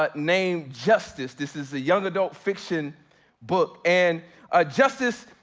but named justice. this is a young adult fiction book. and ah justice,